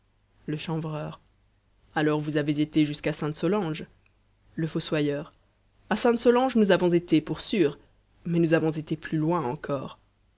le chanvreur alors vous avez été jusqu'à sainte solange le fossoyeur a sainte solange nous avons été pour sûr mais nous avons été plus loin encore